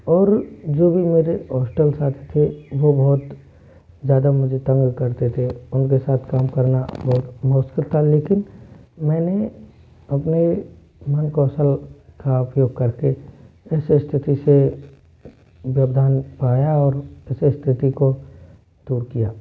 और जो भी मेरे हॉस्टल साथी थे वो बहुत ज़्यादा मुझे तंग करते थे उनके साथ काम करना बहुत मुश्किल था लेकिन मैंने अपने मन कौशल का उपयोग कर इस स्थिति से व्यवधान पाया और इस स्थिति को दूर किया